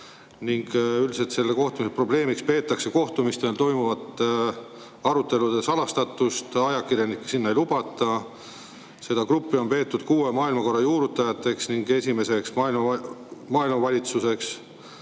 ning üldiselt peetakse selle kohtumise probleemiks seal toimuvate arutelude salastatust. Ajakirjanikke sinna ei lubata. Seda gruppi on peetud ka uue maailmakorra juurutajaks ning esimeseks maailmavalitsuseks,